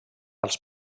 els